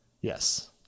yes